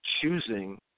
choosing